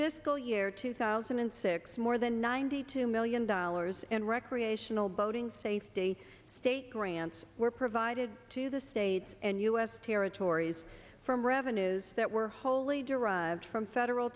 fiscal year two thousand and six more than ninety two million dollars and recreational boating safety state grants were provided to the states and us territories from revenues that were wholly derived from federal